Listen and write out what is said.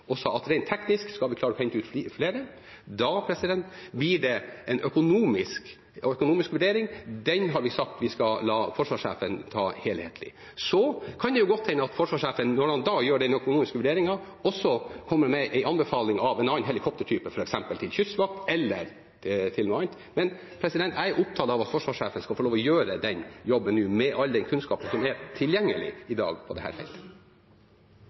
at rent teknisk skal vi klare å hente ut flere timer. Da blir det en økonomisk vurdering. Den har vi sagt at vi skal la forsvarssjefen ta helhetlig. Det kan godt hende at forsvarssjefen, når han da gjør den økonomiske vurderingen, kommer med en anbefaling av en annen helikoptertype, f.eks. til kystvakt eller til noe annet. Men jeg er opptatt av at forsvarssjefen skal få lov til å gjøre den jobben nå, med all den kunnskapen som er tilgjengelig i dag om dette. Ja, forsvarssjefen skal få gjøre den jobben. Men det